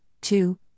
two